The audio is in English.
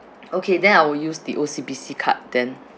okay then I will use the O_C_B_C card then